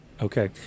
Okay